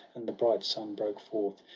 and the bright sun broke forth,